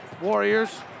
Warriors